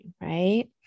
right